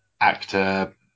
actor